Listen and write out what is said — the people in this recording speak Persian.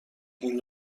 این